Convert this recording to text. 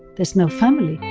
there's no family.